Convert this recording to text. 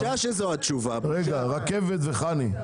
רכבת וחנ"י,